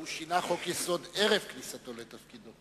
הוא שינה חוק-יסוד ערב כניסתו לתפקיד.